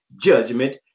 judgment